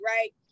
Right